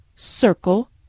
Circle